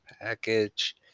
package